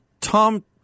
Tom